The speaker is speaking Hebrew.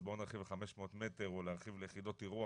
אז בואו נרחיב לחמש מאות מטר או להרחיב ליחידות אירוח,